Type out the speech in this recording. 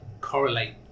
correlate